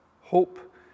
hope